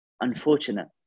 unfortunate